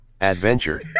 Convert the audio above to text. Adventure